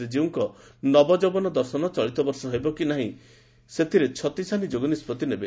ଶ୍ରୀଜୀଉଙ୍କ ନବଯୌବନ ଦର୍ଶନ ଚଳିତବର୍ଷ ହେବ କି ନାହିଁ ସେଥିନେଇ ଛତିଶା ନିଯୋଗ ନିଷ୍ବଭି ନେବ